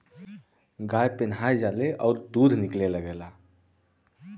गाय पेनाहय जाली अउर दूध निकले लगेला